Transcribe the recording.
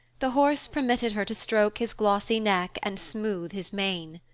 the horse permitted her to stroke his glossy neck and smooth his mane.